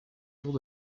tour